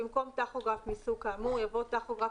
במקום "טכוגרף מסוג כאמור" יבוא "טכוגרף